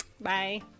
bye